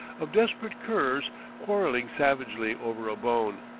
of desperate curs quarrelling savagely over a bone.